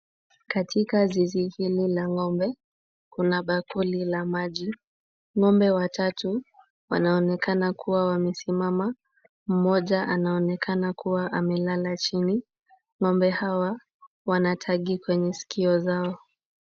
Katika zizi hili la ng'ombe, kuna bakuli la maji. Ng'ombe watatu wanaonekana kuwa wamesimama. Mmoja anaonekana kuwa amelala chini. Ng'ombe hawa wana tagi kwenye sikio zao.